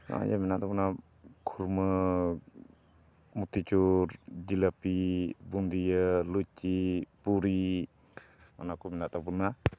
ᱱᱚᱜᱼᱚᱭ ᱡᱮ ᱢᱮᱱᱟᱜ ᱛᱟᱵᱚᱱᱟ ᱠᱷᱩᱨᱢᱟᱹ ᱢᱚᱛᱤᱪᱩᱨ ᱡᱷᱤᱞᱟᱹᱯᱤ ᱵᱩᱸᱫᱽᱭᱟᱹ ᱞᱩᱪᱤ ᱯᱩᱨᱤ ᱚᱱᱟ ᱠᱚ ᱢᱮᱱᱟᱜ ᱛᱟᱵᱚᱱᱟ